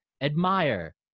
Admire